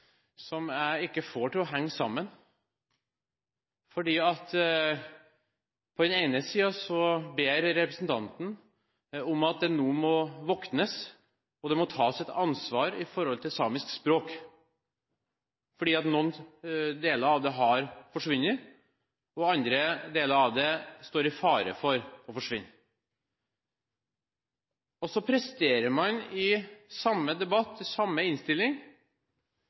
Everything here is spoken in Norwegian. som jeg ikke får til å henge sammen. På den ene siden ber representanten om at man nå må våkne og ta et ansvar når det gjelder samisk språk, fordi noen deler av det har forsvunnet, og andre deler står i fare for å forsvinne. Men i samme debatt, og i samme innstilling,